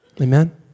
Amen